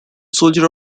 soldier